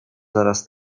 coraz